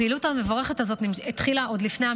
הפעילות המבורכת הזאת התחילה עוד לפני המלחמה.